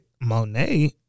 Monet